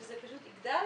שזה פשוט יגדל,